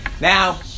now